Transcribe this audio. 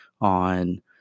on